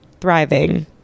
thriving